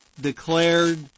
declared